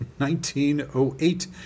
1908